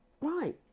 Right